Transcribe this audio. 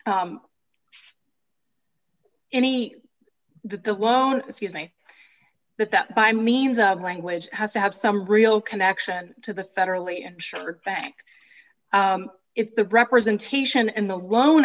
that the loan excuse me that that by means of language has to have some real connection to the federally insured back if the representation and the loan